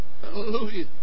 Hallelujah